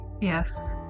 yes